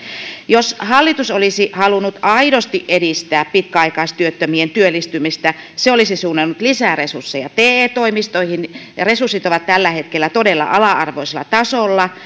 jos hallitus olisi halunnut aidosti edistää pitkäaikaistyöttömien työllistymistä se olisi suunnannut lisäresursseja te toimistoihin resurssit ovat tällä hetkellä todella ala arvoisella tasolla